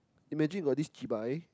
imagine you got this cheebye